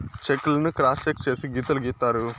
check లను cross check చేసి గీతలు గీత్తారు